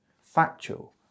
factual